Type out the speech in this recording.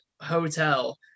hotel